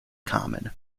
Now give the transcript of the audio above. common